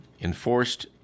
enforced